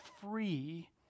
free